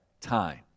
time